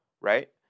right